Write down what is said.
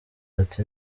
ati